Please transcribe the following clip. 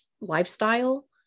lifestyle